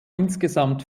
insgesamt